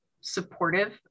supportive